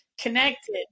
connected